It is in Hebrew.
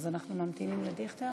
אני סגנית יושב-ראש